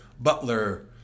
Butler